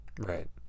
Right